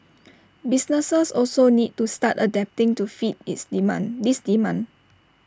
businesses also need to start adapting to fit is demand this demand